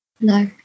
No